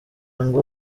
ngo